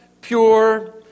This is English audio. pure